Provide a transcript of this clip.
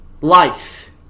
life